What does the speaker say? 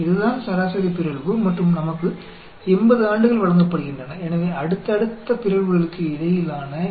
तो यह औसत म्यूटेशन है और हमें 80 वर्ष दिए गए हैं